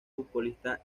futbolista